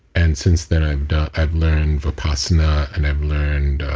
and since then, i've i've learned vipassana and i've learned,